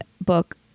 book